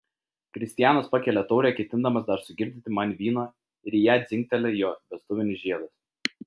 kristijanas pakelia taurę ketindamas dar sugirdyti man vyno ir į ją dzingteli jo vestuvinis žiedas